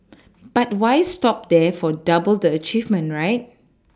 but why stop there for double the achievement right